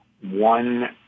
one